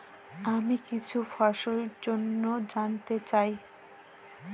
আমি কিছু ফসল জন্য জানতে চাই